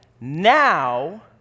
Now